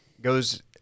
goes